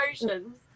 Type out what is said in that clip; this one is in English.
emotions